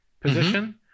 position